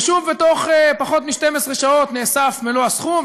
ושוב בתוך פחות מ-12 שעות נאסף מלוא הסכום,